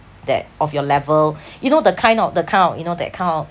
that of your level you know the kind of the kind of you know that kind of